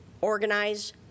organize